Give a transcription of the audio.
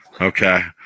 Okay